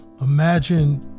imagine